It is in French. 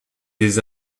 des